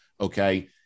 okay